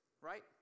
right